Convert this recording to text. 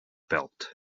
belt